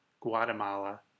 Guatemala